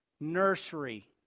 nursery